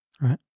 right